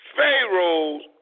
Pharaoh's